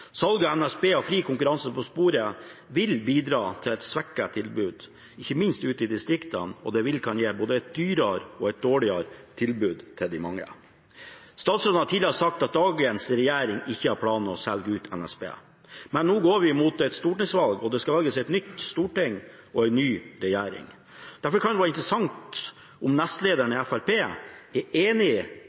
Salg av NSB og fri konkurranse på sporet vil bidra til et svekket tilbud ikke minst ute i distriktene, og det vil kunne gi både et dyrere og et dårligere tilbud til de mange. Statsråden har tidligere sagt at dagens regjering ikke har planer om å selge ut NSB. Men nå går vi mot et stortingsvalg, og det skal lages et nytt storting og en ny regjering. Derfor kunne det være interessant å høre om nestlederen i Fremskrittspartiet er enig i